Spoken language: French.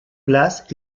place